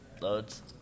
loads